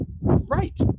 right